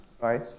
right